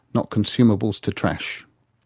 not consumables to trash.